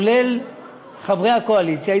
כולל חברי הקואליציה,